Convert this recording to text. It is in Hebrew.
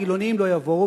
חילונים לא יבואו,